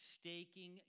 Staking